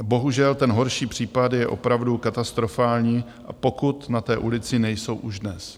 Bohužel ten horší případ je opravdu katastrofální, pokud na té ulici nejsou už dnes.